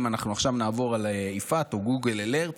אם אנחנו עכשיו נעבור על "יפעת" או Google Alerts,